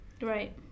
right